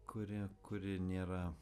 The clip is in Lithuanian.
kuri kuri nėra